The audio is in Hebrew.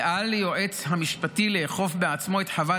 ואל ליועץ המשפטי לאכוף בעצמו את חוות